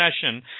session